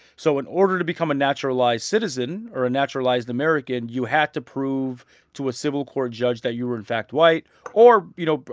so in order to become a naturalized citizen or a naturalized american, you had to prove to a civil court judge that you were in fact white or, you know,